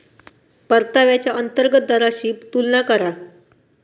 परताव्याच्या अंतर्गत दराशी तुलना करा